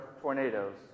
tornadoes